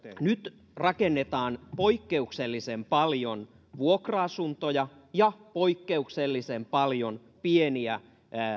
nyt rakennetaan poikkeuksellisen paljon vuokra asuntoja ja poikkeuksellisen paljon pieniä